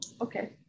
okay